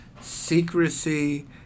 secrecy